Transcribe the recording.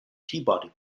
peabody